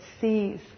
sees